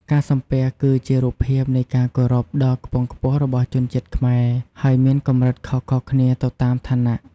ការសំពះ គឺជារូបភាពនៃការគោរពដ៏ខ្ពង់ខ្ពស់របស់ជនជាតិខ្មែរ ហើយមានកម្រិតខុសៗគ្នាទៅតាមឋានៈ។